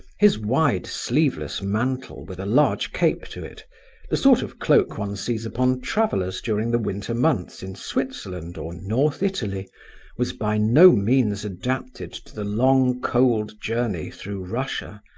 his wide sleeveless mantle with a large cape to it the sort of cloak one sees upon travellers during the winter months in switzerland or north italy was by no means adapted to the long cold journey through russia,